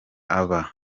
aba